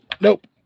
Nope